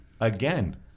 Again